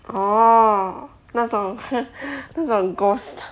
orh 那种那种 ghost